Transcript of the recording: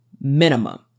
minimum